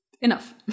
Enough